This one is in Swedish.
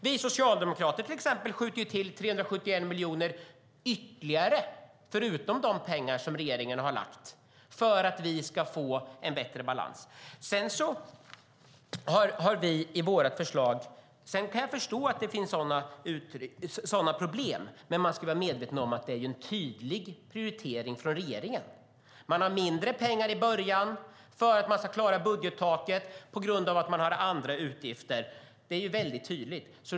Vi socialdemokrater skjuter till exempel till 371 miljoner ytterligare, förutom de pengar som regeringen har lagt, för att vi ska få en bättre balans. Jag kan förstå att det finns problem, men man ska vara medveten om att det är en tydlig prioritering från regeringen. Man har mindre pengar i början för att man ska klara budgettaket, på grund av att man har andra utgifter. Det är tydligt.